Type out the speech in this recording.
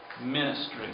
ministry